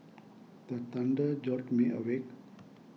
the thunder jolt me awake